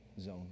zone